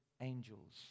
angels